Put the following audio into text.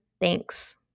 Thanks